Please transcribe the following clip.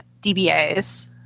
DBAs